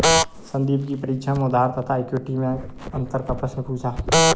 संदीप की परीक्षा में उधार तथा इक्विटी मैं अंतर का प्रश्न पूछा